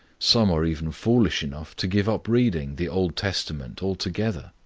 some are even foolish enough to give up reading the old testament altogether.